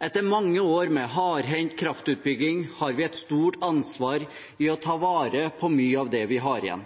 Etter mange år med hardhendt kraftutbygging har vi et stort ansvar i å ta vare på mye av det vi har igjen.